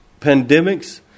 pandemics